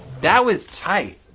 that was tight!